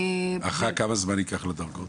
כמה זמן ייקח לדרגות?